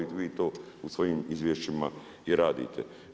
I vi to u svojim izvješćima i radite.